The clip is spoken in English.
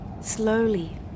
Slowly